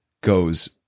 goes